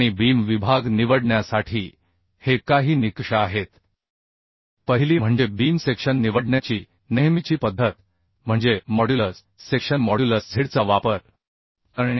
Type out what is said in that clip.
आणि बीम विभाग निवडण्यासाठी हे काही निकष आहेत पहिली म्हणजे बीम सेक्शन निवडण्याची नेहमीची पद्धत म्हणजे मॉड्युलस सेक्शन मॉड्युलस झेडचा वापर करणे